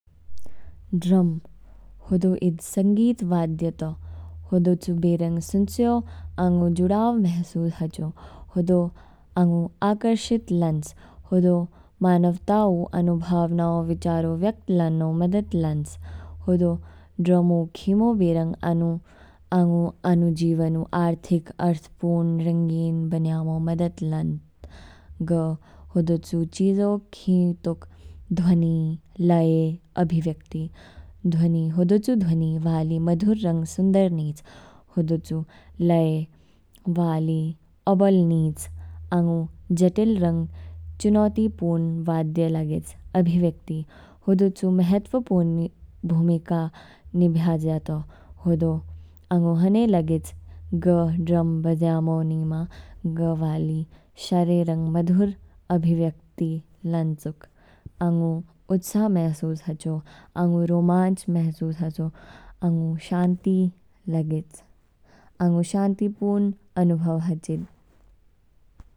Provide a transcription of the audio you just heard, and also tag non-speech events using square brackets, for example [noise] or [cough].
ड्रम, होदौ ईद संगीत वाद्य तौ। हदौचु बेरंग सुनचयो आंगु जुड़ाव महसूस हाचौ, हदौ आंगु आकर्षित लानच, हदौ मानवता ऊ आनु भावनाओं, विचारो व्यक्त लान्नौ मदद लानच। हदौ ड्रम ऊ खिमौ बेरंग आनु आंगु आनु [hesitation] जीवन ऊ आर्थिक, अर्थपूर्ण, रंगीन बनयामो मदद लानच। ग हदौचु चीजौ खितौक, ध्वनि लए अभिव्यक्ति, ध्वनि हदौचु ध्वनि वाली मधुर रंग सुंदर निच, हदौचु लय वाली औबल निच, आंगु जटिल रंग चुनौतिपूरण वाद्य लागेच। अभिव्यक्ति हदौचु महत्त्वपूर्ण [hesitation] भूमिका निभयाजा तौ, हदौ आंगु हनै लागेच ग ड्रम बजयैमो निमा ग वाली शारे रंग मधुर अभिव्यक्ति लानचूक। आंगु उत्साह महसूस हाचौ, आंगु रोमांच महसुस हाचौ, आंगु शांति लागेच, आंगु शांतिपूर्ण अनुभव हाचिद।